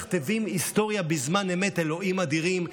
אלוקים אדירים.